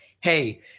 hey